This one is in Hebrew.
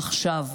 עכשיו.